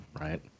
Right